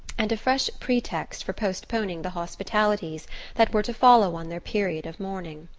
and a fresh pretext for postponing the hospitalities that were to follow on their period of mourning.